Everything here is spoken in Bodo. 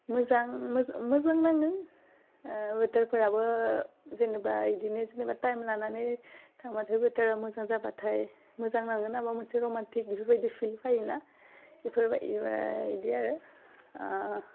मोजां मो मोजां नाङो बोथोरफोराबो जेनेबा बिदिनो जेनेबा टाइम लानानै थांबाथाय बोथोरा मोजां जाबाथाय मोजां नाङो माबा मोनसे रमान्टिक बिफोरबायदि फिलिं फैयो ना बिफोरबायदि बिदि आरो